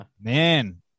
man